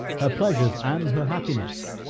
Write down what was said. her pleasures, and her happiness,